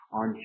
on